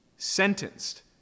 sentenced